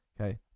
Okay